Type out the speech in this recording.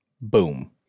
boom